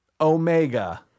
Omega